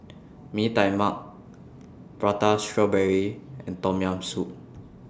Mee Tai Mak Prata Strawberry and Tom Yam Soup